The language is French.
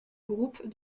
groupes